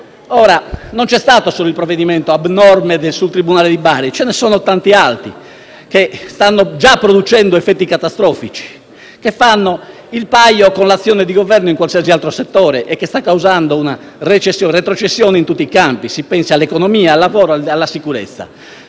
Non c'è stato solo il provvedimento abnorme sul tribunale di Bari, ma ce ne sono tanti altri, che stanno già producendo effetti catastrofici, che fanno il paio con l'azione di Governo in qualsiasi altro settore, che sta causando una retrocessione in tutti i campi: si pensi all'economia, al lavoro e alla sicurezza.